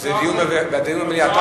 זה דיון במליאה, הצעה אחרת.